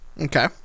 Okay